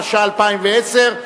התשע"א 2010,